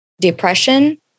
depression